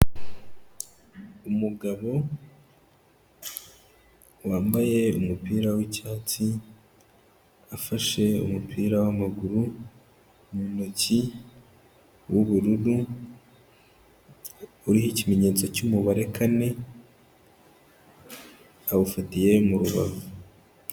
Umugabo wambaye umupira w'icyatsi afashe umupira w'amaguru mu muki w'ubururu, uriho ikimenyetso cy'umubare kane, awufatiye mu rubavu.